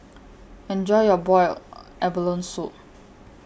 Enjoy your boiled abalone Soup